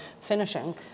finishing